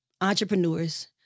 entrepreneurs